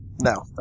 No